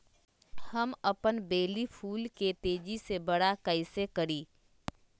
हम अपन बेली फुल के तेज़ी से बरा कईसे करी?